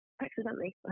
Accidentally